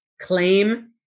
claim